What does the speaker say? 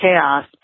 chaos